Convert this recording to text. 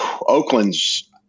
Oakland's